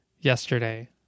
yesterday